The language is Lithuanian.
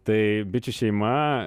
tai bičių šeima